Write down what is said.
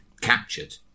captured